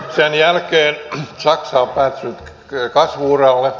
sen jälkeen saksa on päässyt kasvu uralle